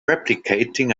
replicating